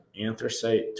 anthracite